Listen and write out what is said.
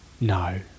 No